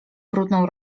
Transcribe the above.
brudną